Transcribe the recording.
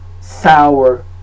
sour